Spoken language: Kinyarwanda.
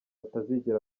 atazigera